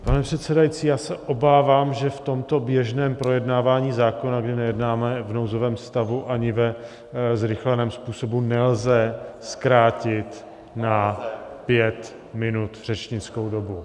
Pane předsedající, já se obávám, že v tomto běžném projednávání zákona, kdy nejednáme v nouzovém stavu ani ve zrychleném způsobu, nelze zkrátit na pět minut řečnickou dobu.